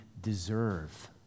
deserve